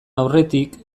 aurretik